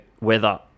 weather